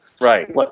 Right